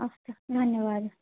अस्तु धन्यवादः